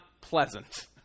pleasant